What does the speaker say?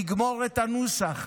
לגמור את הנוסח,